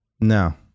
No